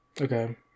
Okay